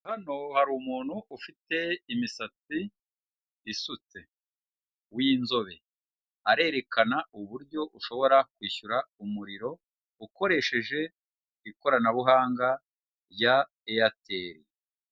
Hano hari umuntu ufite imisatsi isutse w'inzobe, arerekana uburyo ushobora kwishyura umuriro ukoresheje ikoranabuhanga rya Airtel.